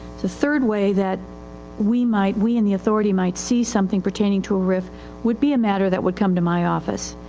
the third way that we might, we and the authority might see something pertaining to a rif would be a matter that would come to my office.